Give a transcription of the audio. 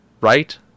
right